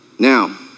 Now